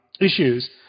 issues